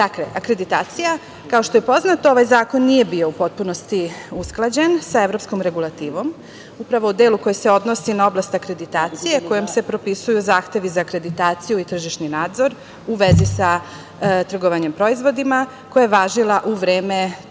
akreditacija, kao što je poznato, ovaj zakon nije bio u potpunosti usklađen sa evropskom regulativom, a upravo u delu koji se odnosi na oblast akreditacije, a kojom se propisuju zahtevi za akreditaciju i tržišni nadzor u vezi sa trgovanjem proizvodima koja je važila tada u vreme donošenja